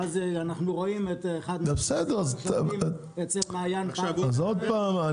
ואז אנחנו רואים -- אז עוד הפעם,